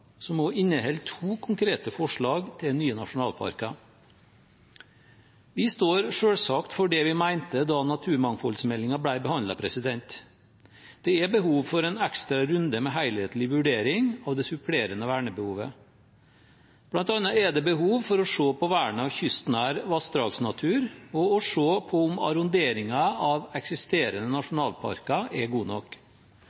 som også inneholder to konkrete forslag til nye nasjonalparker. Vi står selvsagt for det vi mente da naturmangfoldmeldingen ble behandlet. Det er behov for en ekstra runde med helhetlig vurdering av det supplerende vernebehovet. Blant annet er det behov for å se på vernet av kystnær vassdragsnatur og å se på om arronderingen av eksisterende